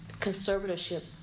conservatorship